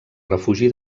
refugi